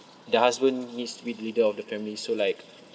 the husband needs to be the leader of the family so like